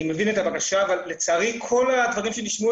מבין את הבקשה אבל לצערי כל הדברים שנשמעו